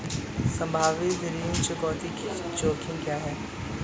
संभावित ऋण चुकौती जोखिम क्या हैं?